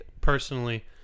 personally